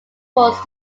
was